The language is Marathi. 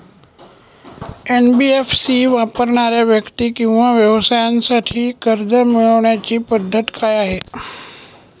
एन.बी.एफ.सी वापरणाऱ्या व्यक्ती किंवा व्यवसायांसाठी कर्ज मिळविण्याची पद्धत काय आहे?